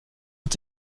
und